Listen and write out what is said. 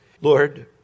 Lord